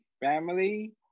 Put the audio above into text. family